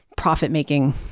profit-making